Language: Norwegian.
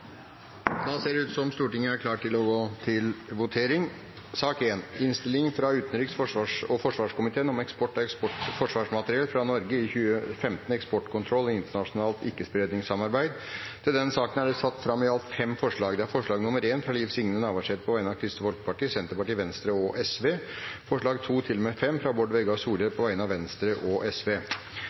Da er Stortinget klar til å gå til votering. Under debatten er det satt fram i alt fem forslag. Det er forslag nr. 1, fra Liv Signe Navarsete på vegne av Kristelig Folkeparti, Senterpartiet, Venstre og Sosialistisk Venstreparti forslagene nr. 2–5, fra Bård Vegar Solhjell på vegne av Venstre og